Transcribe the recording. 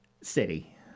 City